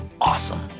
awesome